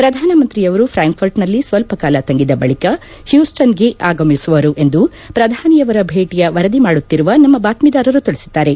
ಪ್ರಧಾನಮಂತ್ರಿಯವರು ಫ್ರಾಂಕ್ಫರ್ಟ್ನಲ್ಲಿ ಸ್ನಲ್ಪಕಾಲ ತಂಗಿದ ಬಳಕ ಹ್ಲೂಸ್ಲನ್ಗೆ ಆಗಮಿಸುವರು ಎಂದು ಪ್ರಧಾನಿ ಯವರ ಭೇಟಿಯ ವರದಿ ಮಾಡುತ್ತಿರುವ ನಮ್ಮ ಬಾತ್ತೀದಾರರು ತಿಳಿಸಿದ್ದಾರೆ